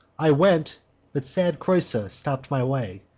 i went but sad creusa stopp'd my way,